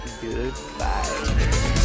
Goodbye